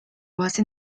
base